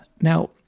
Now